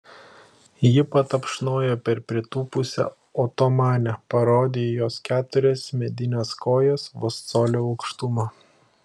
ji patapšnojo per pritūpusią otomanę parodė į jos keturias medines kojas vos colio aukštumo